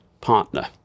partner